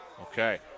Okay